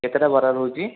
କେତେଟା ବରା ରହୁଛି